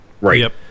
Right